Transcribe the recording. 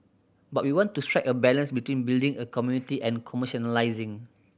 but we want to strike a balance between building a community and commercialising